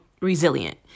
resilient